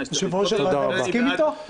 יושב-ראש הוועדה מסכים איתו?